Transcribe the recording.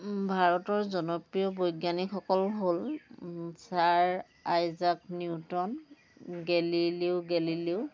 ভাৰতৰ জনপ্ৰিয় বৈজ্ঞানিকসকল হ'ল sir Isaac Newton Galileo Galileo